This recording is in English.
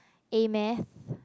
A Math